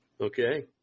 Okay